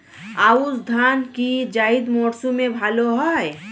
আউশ ধান কি জায়িদ মরসুমে ভালো হয়?